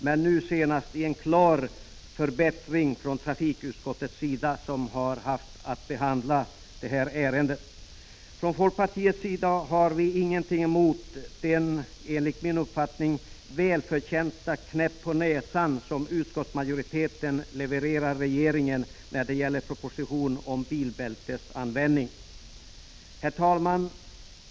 Men nu — i och med det här senaste betänkandet i detta sammanhang från trafikutskottet, som haft att behandla ärendet — ser vi en klar förbättring. Vi i folkpartiet har ingenting emot den välförtjänta ”knäpp på näsan” som utskottsmajoriteten levererar till regeringen när det gäller propositionen om bilbältesanvändningen. Herr talman!